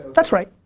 that's right.